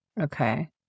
Okay